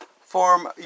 Form